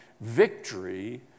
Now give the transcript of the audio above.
victory